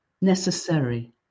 necessary